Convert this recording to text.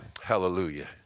Hallelujah